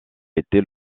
été